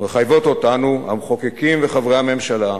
מחייבות אותנו, המחוקקים וחברי הממשלה,